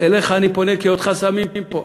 אליך אני פונה כי אותך שמים פה,